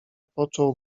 począł